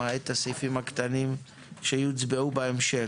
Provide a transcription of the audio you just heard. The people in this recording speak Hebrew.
למעט הסעיפים הקטנים שיוצבעו בהמשך.